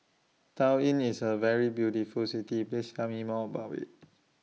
Tallinn IS A very beautiful City Please Tell Me More about IT